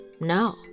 no